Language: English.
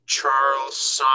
Charles